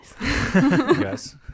Yes